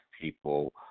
people